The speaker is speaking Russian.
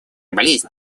болезнь